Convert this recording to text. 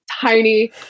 tiny